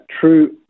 true